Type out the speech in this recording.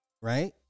right